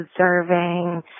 observing